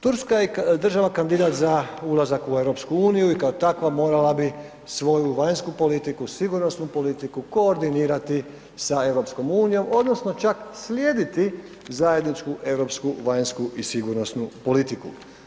Turska je država kandidat za ulazak u EU i kao takva morala bi svoju vanjsku politiku, sigurnosnu politiku koordinirati sa EU odnosno čak slijediti zajedničku europsku, vanjsku i sigurnosnu politiku.